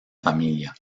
familia